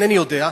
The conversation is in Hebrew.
אינני יודע,